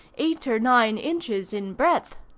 eight or nine inches in breadth.